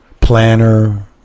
planner